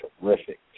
terrific